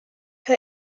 her